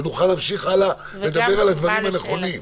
ונוכל להמשיך הלאה ולדבר על הדברים הנכונים.